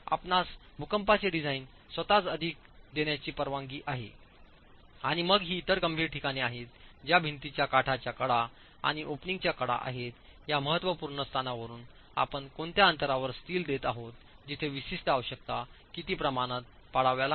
आपणास भूकंपाचे डिझाइन स्वतःच अधिक देण्याची परवानगी आहे आणि मग ही इतर गंभीर ठिकाणे आहेत ज्या भिंतींच्या काठाच्या कडा आणि ओपनिंगच्या कडा आहेत या महत्त्वपूर्ण स्थानावरून आपणकोणत्या अंतरावर स्टीलदेतआहात जिथे विशिष्ट आवश्यकता किती प्रमाणात पाडाव्या लागतात